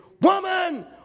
Woman